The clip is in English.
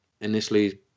initially